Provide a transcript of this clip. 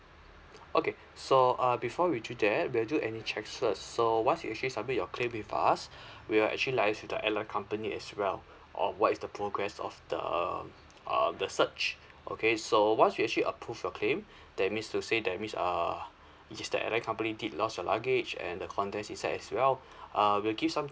okay so uh before we do that we'll do any checks first so once you actually submit your claim with us we will actually liaise with the airline company as well on what is the progress of the um um the search okay so once we actually approve your claim that means to say that means err which is that airlines company did lost your luggage and the contents inside as well uh we'll give some